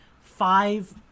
five